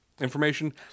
information